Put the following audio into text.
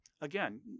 again